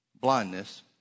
blindness